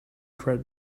quite